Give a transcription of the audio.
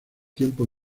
tiempo